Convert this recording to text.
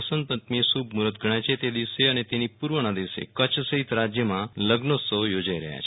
વસંત પંચમી શુભ મુહ્તત ગણાય છે તે દિવસે અને તેની પુ ર્વના દિવ્સે કચ્છ સહિત રાજયમાં લઝ્નોત્સવ યોજાઈ રહ્યા છે